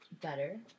Better